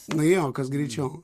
nu jo kas greičiau